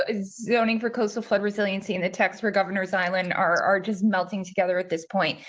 ah zoning for coastal flood resiliency and the texts for governors island are are just melting together at this point.